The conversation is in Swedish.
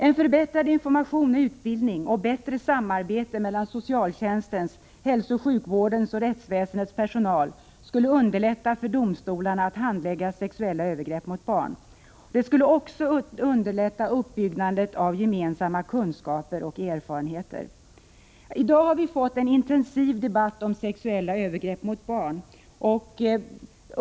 En förbättrad information och utbildning samt bättre samarbete mellan socialtjänstens, hälsooch sjukvårdens och rättsväsendets personal skulle också underlätta för domstolarna att handlägga sexuella övergrepp mot barn. Det skulle även underlätta uppbyggandet av gemensamma kunskaper och erfarenheter. I dag har vi fått en intensiv debatt om sexuella övergrepp mot barn.